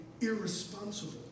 irresponsible